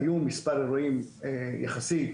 יחסית